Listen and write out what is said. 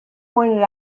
pointed